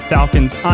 Falcons